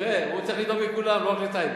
תראה, הוא צריך לדאוג לכולם, לא רק לטייבה.